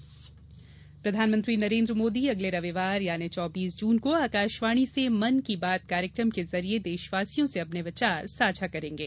मन की बात प्रधानमंत्री नरेन्द्र मोदी आगामी रविवार चौबीस जून को आकाशवाणी से मन की बात कार्यक्रम के जरिये देशवासियों से अपने विचार साझा करेगें